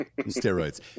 Steroids